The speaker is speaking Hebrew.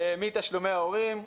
מתשלומי ההורים.